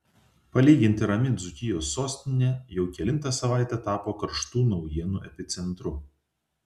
palyginti rami dzūkijos sostinė jau kelintą savaitę tapo karštų naujienų epicentru